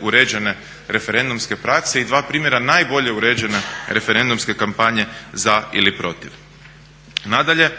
uređene referendumske prakse i dva primjera najbolje uređene referendumske kampanje za ili protiv. Nadalje,